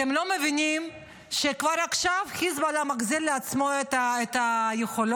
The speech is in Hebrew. אתם לא מבינים שכבר עכשיו חיזבאללה מחזיר לעצמו את היכולות?